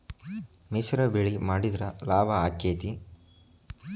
ಮಿಶ್ರ ಬೆಳಿ ಮಾಡಿದ್ರ ಲಾಭ ಆಕ್ಕೆತಿ?